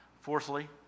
fourthly